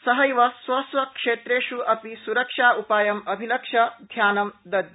सहब स्व स्व क्षेत्रेष् अपि स्रक्षा उपायम् अभिलक्ष्य ध्यान दद्य्